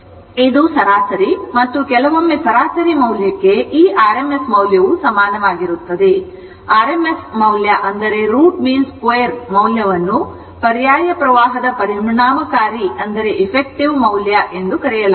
ಆದ್ದರಿಂದ ಇದು ಸರಾಸರಿ ಮತ್ತು ಕೆಲವೊಮ್ಮೆ ಸರಾಸರಿ ಮೌಲ್ಯಕ್ಕೆ ಈ rms ಮೌಲ್ಯ ಸಮಾನವಾಗಿರುತ್ತದೆ rms ಮೌಲ್ಯ ಮೌಲ್ಯವನ್ನು ಪರ್ಯಾಯ ಪ್ರವಾಹದ ಪರಿಣಾಮಕಾರಿ ಮೌಲ್ಯ ಎಂದು ಕರೆಯಲಾಗುತ್ತದೆ